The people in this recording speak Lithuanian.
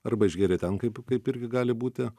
arba išgėrė ten kaip kaip irgi gali būti